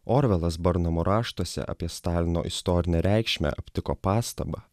orvelas burnamo raštuose apie stalino istorinę reikšmę aptiko pastabą